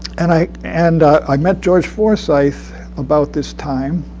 and i and i met george forsythe about this time.